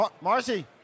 Marcy